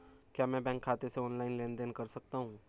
क्या मैं बैंक खाते से ऑनलाइन लेनदेन कर सकता हूं?